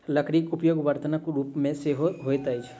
लकड़ीक उपयोग बर्तनक रूप मे सेहो होइत अछि